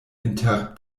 inter